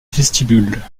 vestibule